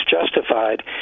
justified